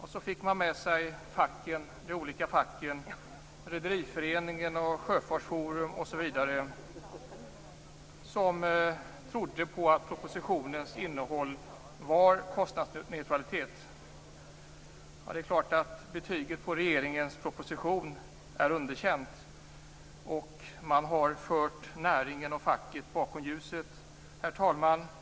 Man fick med sig de olika facken, Redareföreningen, Sjöfartsforum osv., som trodde att propositionen innebar kostnadsneutralitet. Det är klart att regeringens proposition måste ges underkänt betyg. Man har fört näringen och facket bakom ljuset. Herr talman!